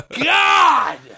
God